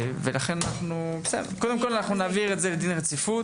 לכן קודם כול אנחנו נעביר את זה לדין הרציפות,